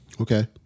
Okay